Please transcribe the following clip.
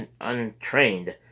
untrained